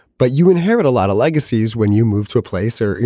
but you inherit a lot of legacies when you move to a place or, you